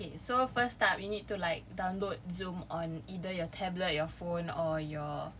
K so first start we need to like download Zoom on either your tablet your phone or your